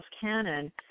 Canon